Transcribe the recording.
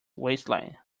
waistline